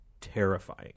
terrifying